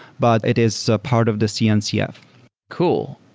but it is a part of the cncf cool.